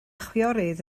chwiorydd